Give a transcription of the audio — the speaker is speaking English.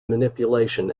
manipulation